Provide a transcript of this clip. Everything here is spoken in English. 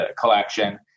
collection